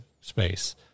space